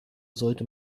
sollte